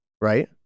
right